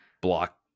block